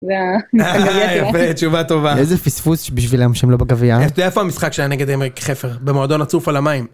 תודה רבה, תשובה טובה. איזה פספוס בשבילם שהם לא בגביע. שנייה איפה המשחק שהיה נגד עמק חפר, במועדון הצוף על המים?